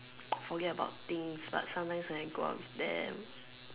forget about things but sometimes when I go out with them